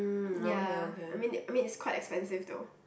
ya I mean I mean it's quite expensive though